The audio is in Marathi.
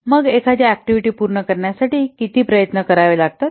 मग एखादा ऍक्टिव्हिटी पूर्ण करण्यासाठी किती प्रयत्न करावे लागतात